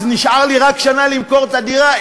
אז נשארה לי רק שנה למכור את הדירה,